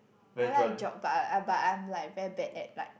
I like Geog but I but I'm like very bad at like